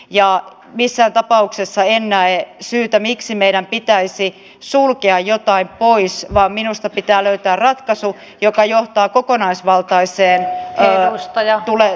ja missään tapauksessa en näe syytä miksi meidän pitäisi sulkea jotain pois vaan minusta pitää löytää ratkaisu joka johtaa kokonaisvaltaiseen sosiaaliturvan hyvään muotoon